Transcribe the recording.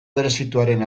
berezituaren